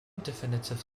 definitive